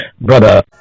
brother